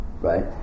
right